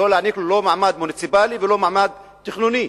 לא להעניק לו לא מעמד מוניציפלי ולא מעמד תכנוני.